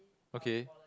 okay